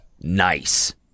nice